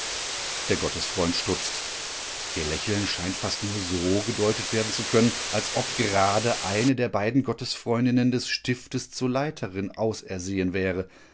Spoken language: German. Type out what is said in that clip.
der gottesfreund stutzt ihr lächeln scheint fast nur so gedeutet werden zu können als ob gerade eine der beiden gottesfreundinnen des stiftes zur leiterin ausersehen wäre